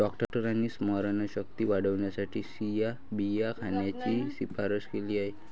डॉक्टरांनी स्मरणशक्ती वाढवण्यासाठी चिया बिया खाण्याची शिफारस केली आहे